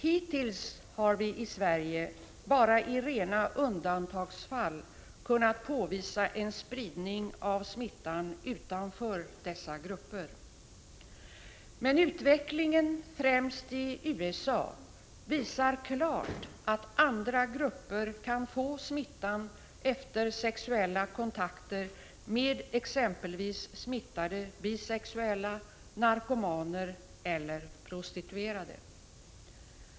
Hittills har vi i Sverige bara i rena undantagsfall kunnat påvisa en spridning av smittan utanför dessa grupper. Men utvecklingen i främst USA visar klart att andra grupper kan få smittan efter sexuella kontakter med exempelvis smittade bisexuella, narkomaner eller prostituerade.